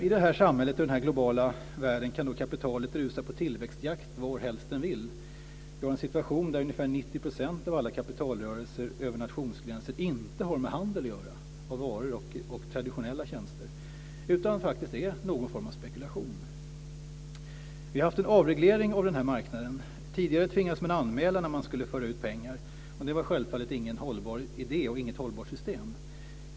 I detta samhälle och i denna globala värld kan kapitalet rusa på tillväxtjakt varhelst det vill. Vi har en situation där ungefär 90 % av alla kapitalrörelser över nationsgränser inte har med handel av varor och traditionella tjänster att göra utan faktiskt är någon form av spekulation. Vi har haft en avreglering av denna marknad. Tidigare tvingades man anmäla när man skulle föra ut pengar, och det var självfallet inget hållbart system.